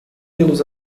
pelos